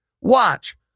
Watch